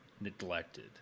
neglected